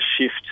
shift